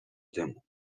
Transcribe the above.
dymu